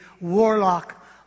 warlock